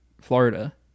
florida